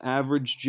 average